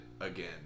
again